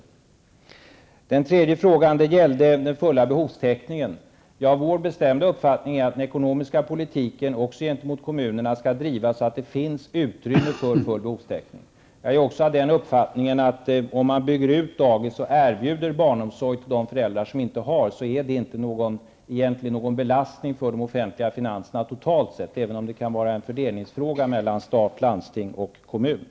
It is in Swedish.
Den tredje frågan gällde den fulla behovstäckningen. Vår bestämda uppfattning är att den ekonomiska politiken också gentemot kommunerna skall drivas så att det finns utrymme för full behovstäckning. Om man bygger ut dagis och erbjuder barnomsorg till de föräldrar som inte har, är det egentligen inte någon belastning för de offentliga finanserna totalt sett, även om det kan vara en fördelningsfråga mellan stat, landsting och kommun.